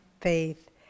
faith